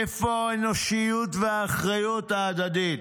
איפה האנושיות והאחריות ההדדית?".